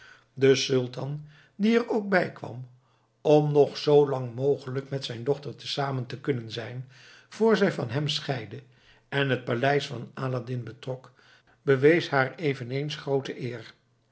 de sultan die er ook bijkwam om nog zoolang mogelijk met zijn dochter tezamen te kunnen zijn vor zij van hem scheidde en het paleis van aladdin betrok bewees haar eveneens groote eer